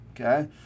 okay